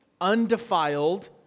undefiled